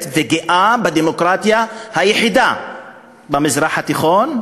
וגאה בדמוקרטיה היחידה במזרח התיכון,